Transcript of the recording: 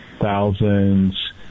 thousands